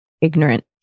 ignorant